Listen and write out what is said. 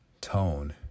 tone